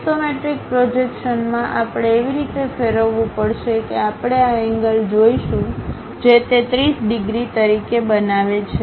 isometric projection માં આપણે એવી રીતે ફેરવવું પડશે કે આપણે આ એન્ગલ જોશું જે તે 30 ડિગ્રી તરીકે બનાવે છે